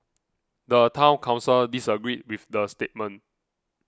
the Town Council disagreed with the statement